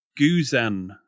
Guzan